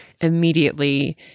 immediately